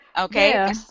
Okay